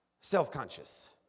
self-conscious